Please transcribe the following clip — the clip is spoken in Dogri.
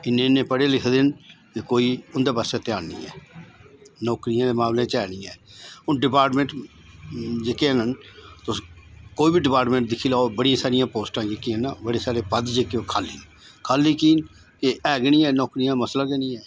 इन्ने इन्ने पढ़े लिखे दे न ते कोई उं'दे पास्सै ध्यान नेईं ऐ नौकरियें दे मामले च ऐ गै नेईं ऐ हून डिपार्टमेंट जेह्के हैन तुस कोई बी डिपार्टमें ट दिक्खी लैओ बड़ियां सारियां पोस्टां जेह्कियां न बड़े सारे पद न जेहके ओह् खा'ल्ली न खा'ल्ली की ना के एह् गै नेईं ऐ नौकरियां मासला गै निं ऐ